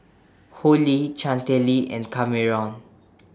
Hollie Chantelle and Kameron